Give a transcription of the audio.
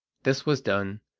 this was done,